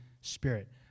Spirit